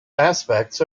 aspects